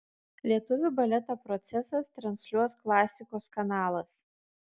lietuvių baletą procesas transliuos klasikos kanalas